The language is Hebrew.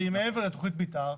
והיא מעבר לתכנית המתאר,